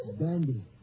Bandy